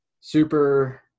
super